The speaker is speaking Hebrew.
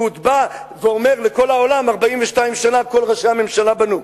והוא עוד בא ואומר לכל העולם: 42 שנה כל ראשי הממשלה בנו.